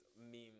meme